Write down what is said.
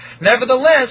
Nevertheless